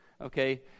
Okay